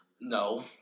No